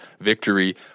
Victory